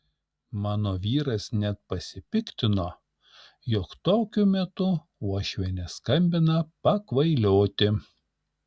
mano vyras net pasipiktino jog tokiu metu uošvienė skambina pakvailioti